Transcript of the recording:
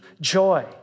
joy